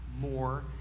more